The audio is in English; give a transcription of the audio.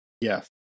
Yes